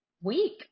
week